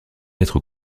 être